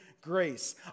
grace